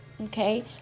okay